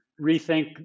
rethink